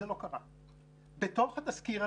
בעוד חמש-שש שנים זה כבר